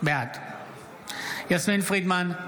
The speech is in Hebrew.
בעד יסמין פרידמן,